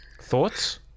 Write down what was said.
Thoughts